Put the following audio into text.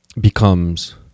becomes